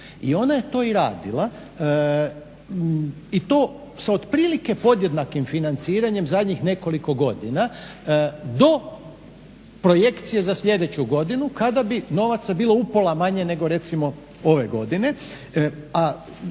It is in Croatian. I ona je to i radila, i to s otprilike podjednakim financiranjem zadnjih nekoliko godina do projekcije za sljedeću godinu kada bi novaca bilo upola manje nego recimo ove godine.